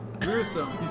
gruesome